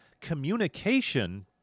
communication